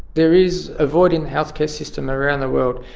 there is a void in the healthcare system around the world,